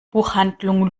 buchhandlung